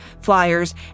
flyers